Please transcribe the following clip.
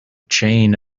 chain